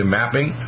mapping